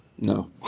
No